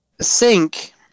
sink